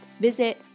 Visit